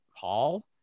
Paul